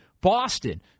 Boston